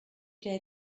day